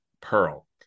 Pearl